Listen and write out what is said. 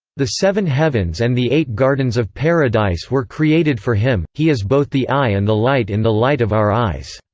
the seven heavens and the eight gardens of paradise were created for him, he is both the eye and the light in the light of our eyes.